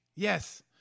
Yes